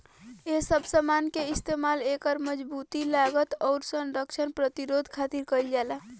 ए सब समान के इस्तमाल एकर मजबूती, लागत, आउर संरक्षण प्रतिरोध खातिर कईल जाला